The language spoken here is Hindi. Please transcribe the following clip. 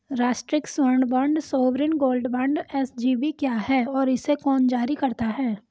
राष्ट्रिक स्वर्ण bond sovereign gold bond SGB क्या है और इसे कौन जारी करता है?